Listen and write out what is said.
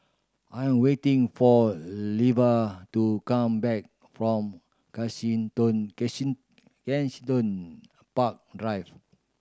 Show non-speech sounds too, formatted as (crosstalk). I am waiting for Lavar to come back from (unintelligible) Kensington Park Drive